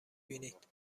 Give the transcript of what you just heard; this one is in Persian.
بینید